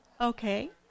Okay